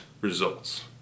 results